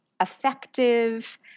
effective